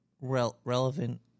relevant